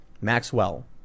Maxwell